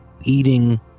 eating